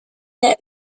der